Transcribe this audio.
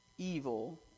evil